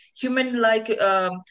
human-like